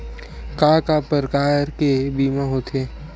का का प्रकार के बीमा होथे?